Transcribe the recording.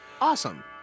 Awesome